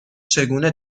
چگونه